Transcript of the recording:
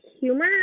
humor